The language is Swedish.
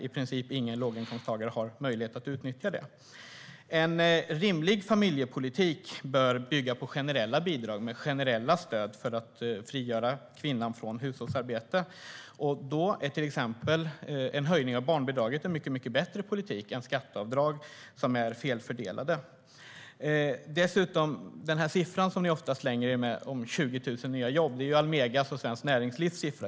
I princip ingen låginkomsttagare har möjlighet att utnyttja det. En rimlig familjepolitik bör bygga på generella bidrag med generella stöd för att frigöra kvinnan från hushållsarbete. Då är till exempel en höjning av barnbidraget en mycket bättre politik än felfördelade skatteavdrag. Siffran 20 000 nya jobb, som ni ofta slänger er med, kommer från Almega och Svenskt Näringsliv.